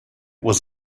was